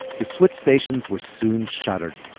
the switch stations were soon shuttered.